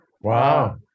Wow